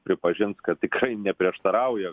pripažins kad tikrai neprieštarauja